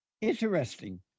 interesting